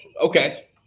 okay